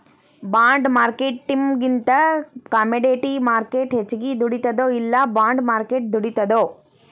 ಬಾಂಡ್ಮಾರ್ಕೆಟಿಂಗಿಂದಾ commodity market ಹೆಚ್ಗಿ ದುಡಿತದೊ ಇಲ್ಲಾ ಬಾಂಡ್ ಮಾರ್ಕೆಟ್ ದುಡಿತದೊ?